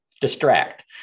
distract